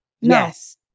Yes